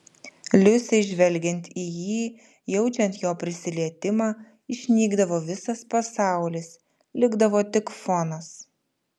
liusei žvelgiant į jį jaučiant jo prisilietimą išnykdavo visas pasaulis likdavo tik fonas